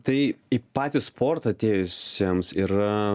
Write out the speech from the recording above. tai į patį sportą atėjusiems yra